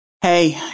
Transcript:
Hey